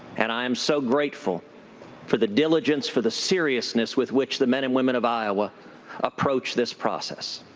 and i'm so grateful for the diligence, for the seriousness with which the men and women of iowa approach this process.